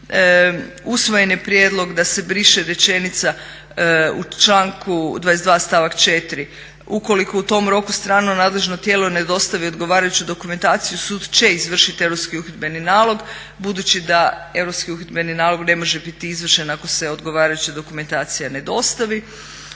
Usvojen je prijedlog da se briše rečenica u članku 22. stavak 4. "ukoliko u tom roku strano nadležno tijelo ne dostavi odgovarajuću dokumentaciju sud će izvršiti europski uhidbeni nalog". Budući da europski uhidbeni nalog ne može biti izvršen ako se odgovarajuća dokumentacija ne dostavi